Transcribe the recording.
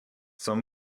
some